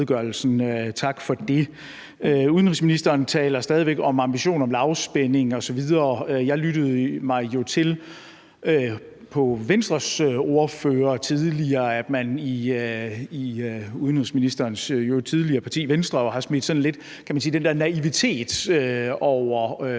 Tak for det. Udenrigsministeren taler stadig væk om en ambition om lavspænding osv. Jeg lyttede mig jo ud fra Venstres ordførers tale tidligere til, at man i udenrigsministerens tidligere parti, Venstre, lidt har smidt, kan man sige, den der naivitet over bord i